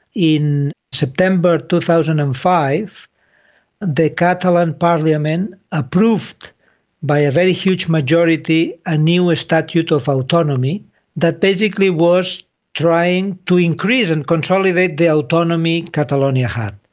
in september two thousand and five the catalan parliament approved by a very huge majority a new statute of autonomy that basically was trying to increase and consolidate the autonomy catalonia had.